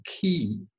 key